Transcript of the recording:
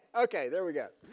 ok. there we get.